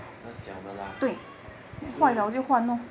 那小 lah 就